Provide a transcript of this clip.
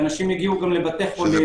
שאנשים הגיעו גם לבתי חולים.